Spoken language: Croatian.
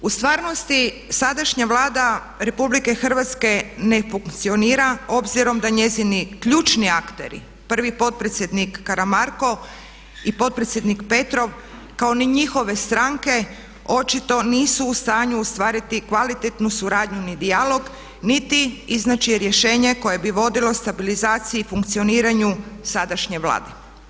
U stvarnosti sadašnja Vlada RH ne funkcionira obzirom da njezini ključni akteri, prvi potpredsjednik Karamarko i potpredsjednik Petrov kao ni njihove stranke očito nisu u stanju ostvariti kvalitetnu suradnju ni dijalog niti iznaći rješenje koje bi vodilo stabilizaciji i funkcioniranju sadašnje Vlade.